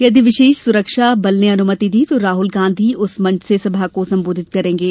यदि विशेष सुरक्षा बल ने अनुमति दी तो राहुल गांधी उस मंच से सभा को संबोधित करेंगे